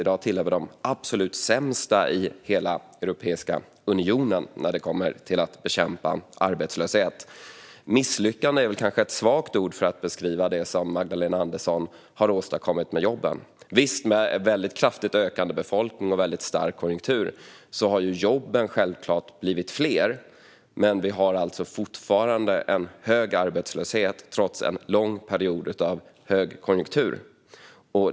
I dag tillhör vi de absolut sämsta i hela Europeiska unionen när det kommer till att bekämpa arbetslöshet. Misslyckande är kanske ett svagt ord för att beskriva det som Magdalena Andersson har åstadkommit med jobben. Visst, självfallet har jobben blivit fler med en kraftigt ökande befolkning och en stark konjunktur, men vi har fortfarande hög arbetslöshet trots en lång period med högkonjunktur.